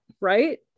Right